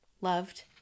loved